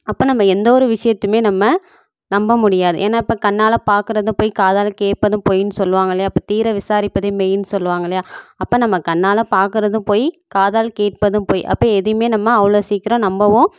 அப்போ நம்ம எந்த ஒரு விஷயத்தையுமே நம்ம நம்ப முடியாது ஏன்னால் இப்போ கண்ணால் பார்க்குறதும் பொய் காதால் கேட்பதும் பொய்னு சொல்லுவாங்க இல்லையா இப்போ தீர விசாரிப்பதே மெய்யின்னு சொல்லுவாங்க இல்லையா அப்போ நம்ம கண்ணால் பார்க்குறதும் பொய் காதால் கேட்பதும் பொய் அப்போ எதையுமே நம்ம அவ்வளோ சீக்கிரம் நம்பவும்